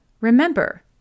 Remember